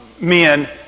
men